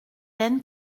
laine